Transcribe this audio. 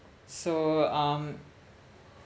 so um